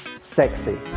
sexy